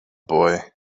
boy